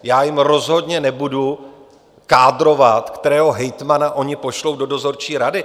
Já jim rozhodně nebudu kádrovat, kterého hejtmana oni pošlou do dozorčí rady.